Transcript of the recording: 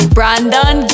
Brandon